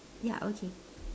ya okay